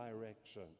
direction